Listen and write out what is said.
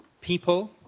people